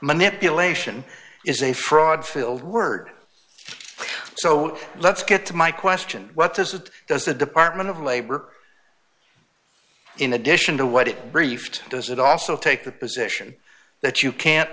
manipulation is a fraud field word so let's get to my question what does it does the department of labor in addition to what it briefed does it also take the position that you can't